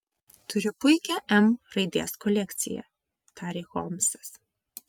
turiu puikią m raidės kolekciją tarė holmsas